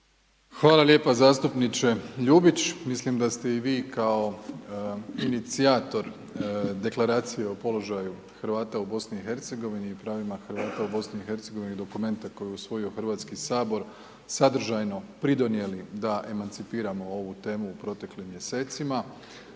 Hvala lijepa zastupniče Ljubić. Mislim da ste i vi, kao inicijator Deklaracije o položaju Hrvata u Bosni i Hercegovini i pravima Hrvata u Bosni i Hercegovini, dokumenta koji je usvojio Hrvatski sabor, sadržajno pridonijeli da emancipiramo ovu temu u proteklim mjesecima